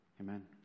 Amen